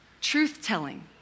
Truth-telling